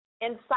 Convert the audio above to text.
inside